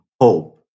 hope